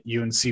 UNC